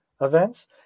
events